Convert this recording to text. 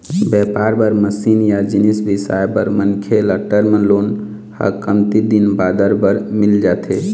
बेपार बर मसीन या जिनिस बिसाए बर मनखे ल टर्म लोन ह कमती दिन बादर बर मिल जाथे